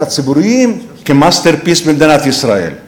הציבוריים כ-masterpiece במדינת ישראל.